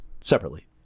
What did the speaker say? separately